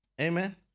Amen